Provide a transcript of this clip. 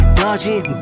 dodging